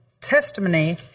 testimony